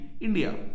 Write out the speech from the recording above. India